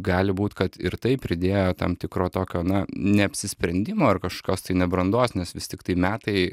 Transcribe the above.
gali būt kad ir tai pridėjo tam tikro tokio na neapsisprendimo ar kažkokios tai nebrandos nes vis tiktai metai